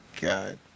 God